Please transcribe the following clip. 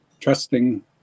trusting